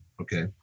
okay